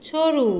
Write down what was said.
छोड़ू